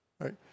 Right